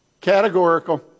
Categorical